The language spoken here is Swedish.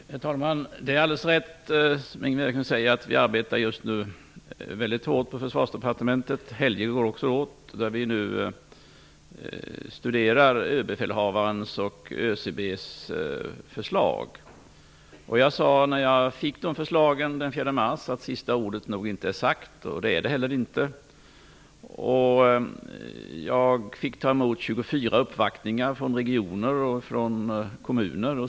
Herr talman! Det är alldeles rätt att vi just nu arbetar väldigt hårt vid Försvarsdepartementet. Helger går också åt när vi nu studerar Överbefälhavarens och ÖCB:s förslag. Jag sade när jag fick förslagen den 4 mars att sista ordet nog inte är sagt. Det är det heller inte. Jag fick ta emot 24 uppvaktningar från regioner och kommuner.